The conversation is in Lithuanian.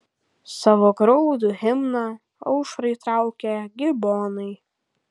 savo graudų himną aušrai traukia gibonai